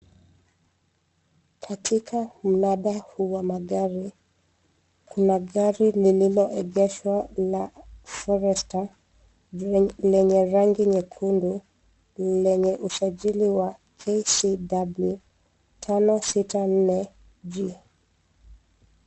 Katika mnada huu wa magari, kuna gari lililoegeshwa la Forester lenye rangi nyekundu lenye usajili wa KCW 564G.